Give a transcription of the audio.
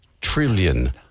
trillion